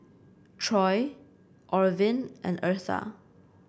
Troy Orvin and Eartha